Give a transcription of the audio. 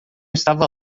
estava